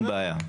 אין בעיה.